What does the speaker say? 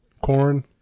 corn